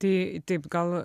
tai taip gal